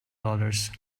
dollars